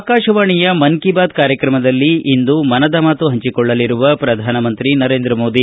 ಆಕಾಶವಾಣಿಯ ಮನ್ ಕಿ ಬಾತ್ ಕಾರ್ಯಕ್ರಮದಲ್ಲಿ ಇಂದು ಮನದ ಮಾತು ಪಂಚಿಕೊಳ್ಳಲಿರುವ ಪ್ರಧಾನ ಮಂತ್ರಿ ನರೇಂದ್ರ ಮೋದಿ